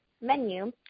menu